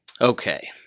Okay